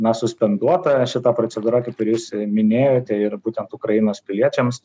na suspenduota šita procedūra kaip ir jūs minėjote ir būtent ukrainos piliečiams